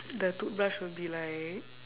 the toothbrush would be like